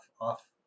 off